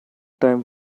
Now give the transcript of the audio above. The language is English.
time